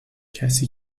کسی